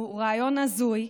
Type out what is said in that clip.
הוא רעיון הזוי,